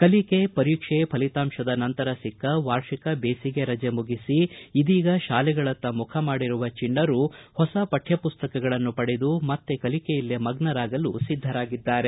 ಕಲಿಕೆ ಪರೀಕ್ಷೆ ಫಲಿತಾಂಶದ ನಂತರ ಸಿಕ್ಕ ವಾರ್ಷಿಕ ಬೇಸಿಗೆ ರಜೆ ಮುಗಿಸಿ ಇದೀಗ ಶಾಲೆಗಳತ್ತ ಮುಖ ಮಾಡಿರುವ ಚಿಣ್ಣರು ಹೊಸ ಪಠ್ಠಪುಸ್ತಕಗಳನ್ನು ಪಡೆದು ಮತ್ತೆ ಕಲಿಯಲ್ಲಿ ಮಗ್ನರಾಗಲು ಸಿದ್ಧರಾಗಿದ್ದಾರೆ